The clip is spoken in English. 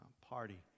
party